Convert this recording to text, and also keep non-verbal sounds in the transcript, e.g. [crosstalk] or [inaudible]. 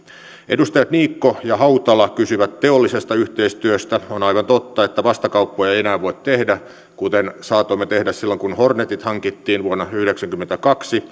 edustajat niikko ja hautala kysyivät teollisesta yhteistyöstä on aivan totta että vastakauppoja ei enää voi tehdä kuten saatoimme tehdä silloin kun hornetit hankittiin vuonna yhdeksänkymmentäkaksi [unintelligible]